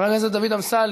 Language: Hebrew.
מוותר, חבר הכנסת דוד אמסלם,